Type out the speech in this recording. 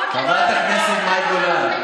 חברת הכנסת מאי גולן.